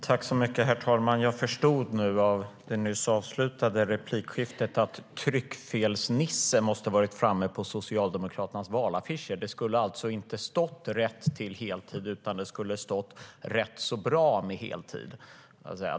Herr talman! Jag förstod av det nyss avslutade replikskiftet att tryckfelsnisse måste ha varit framme på Socialdemokraternas valaffischer. Det skulle alltså inte ha stått "rätt till heltid" utan "rätt så bra med heltid".